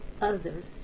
others